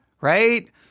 right